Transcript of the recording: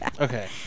Okay